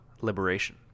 Liberation